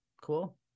cool